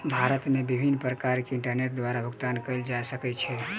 भारत मे विभिन्न प्रकार सॅ इंटरनेट द्वारा भुगतान कयल जा सकै छै